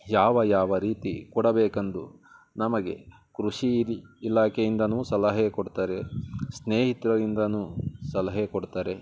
ಯಾವ ಯಾವ ರೀತಿ ಕೊಡಬೇಕೆಂದು ನಮಗೆ ಕೃಷಿ ಇಲಿ ಇಲಾಖೆಯಿಂದ ಸಲಹೆ ಕೊಡ್ತಾರೆ ಸ್ನೇಹಿತರಿಂದ ಸಲಹೆ ಕೊಡ್ತಾರೆ